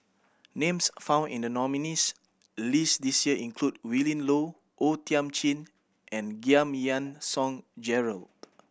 names found in the nominees' list this year include Willin Low O Thiam Chin and Giam Yean Song Gerald